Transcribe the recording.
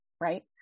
right